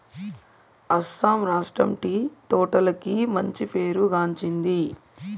అస్సాం రాష్ట్రం టీ తోటలకు మంచి పేరు గాంచింది